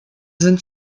sind